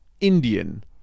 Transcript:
Indian